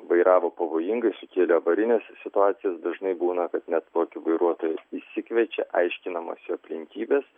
vairavo pavojingai sukėlė avarines situacijas dažnai būna kad net tokį vairuotoją išsikviečia aiškinamasi aplinkybes